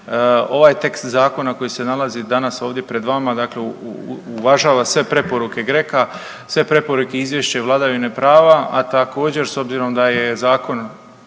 ovaj tekst zakona koji se nalazi danas ovdje pred vama, dakle uvažava sve preporuke GRECO-a, sve preporuke izvješća vladavine prava, a također, s obzirom da je zakon